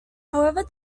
however